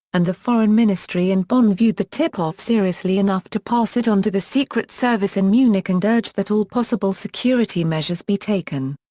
and the foreign ministry in bonn viewed the tip-off seriously enough to pass it on to the secret service in munich and urge that all possible security measures be taken.